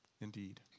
indeed